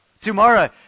Tomorrow